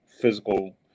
physical